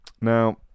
Now